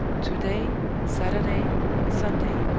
to-day saturday sunday!